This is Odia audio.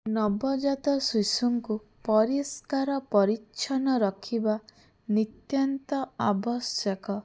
ନବଜାତ ଶିଶୁଙ୍କୁ ପରିଷ୍କାର ପରିଛନ୍ନ ରଖିବା ନିତ୍ୟାନ୍ତ ଆବଶ୍ୟକ